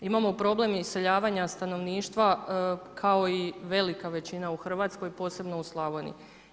Imamo problem iseljavanja stanovništva kao i velika većina u Hrvatskoj posebno u Slavoniji.